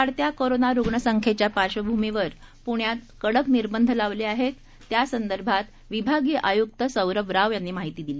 वाढत्या कोरोना रुग्ण संख्येच्या पार्श्वभूमीवर पुण्यात कडक निर्बंध लावले आहेत त्यासंदर्भात विभागीय आयुक्त सौरव राव यांनी माहिती दिली